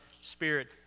Spirit